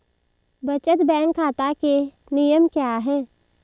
बचत बैंक खाता के नियम क्या हैं?